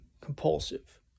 compulsive